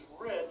rich